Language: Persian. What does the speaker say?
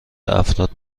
افراد